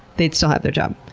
they'd still have their job.